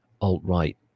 alt-right